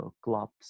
clubs